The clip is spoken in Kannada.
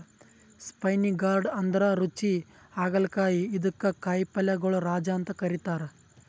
ಸ್ಪೈನಿ ಗಾರ್ಡ್ ಅಂದ್ರ ರುಚಿ ಹಾಗಲಕಾಯಿ ಇದಕ್ಕ್ ಕಾಯಿಪಲ್ಯಗೊಳ್ ರಾಜ ಅಂತ್ ಕರಿತಾರ್